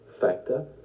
factor